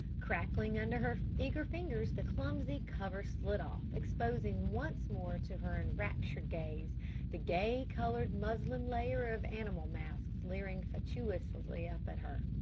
cracklingly under her eager fingers the clumsy cover slid off, exposing once more to her enraptured gaze the gay-colored muslin layer of animal masks leering fatuously up at her.